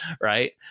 Right